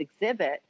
exhibit